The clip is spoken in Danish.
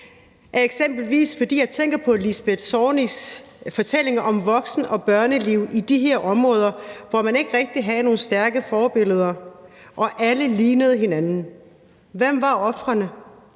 eksempelvis, fordi jeg tænker på Lisbeth Zornigs fortælling om voksen- og børneliv i de her områder, hvor man ikke rigtig havde nogen stærke forbilleder og alle lignede hinanden. Hvem var ofrene?